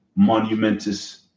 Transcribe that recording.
monumentous